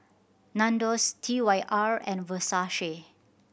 Nandos T Y R and Versace